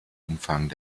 umfang